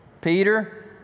Peter